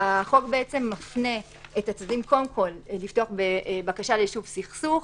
החוק מפנה את הצדדים קודם כול לפתוח בקשה ליישוב סכסוך,